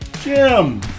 Jim